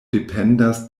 dependas